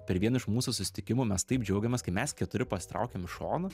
per vieną iš mūsų susitikimų mes taip džiaugėmės kai mes keturi pasitraukėm į šoną